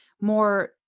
more